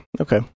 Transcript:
okay